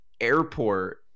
airport